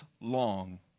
long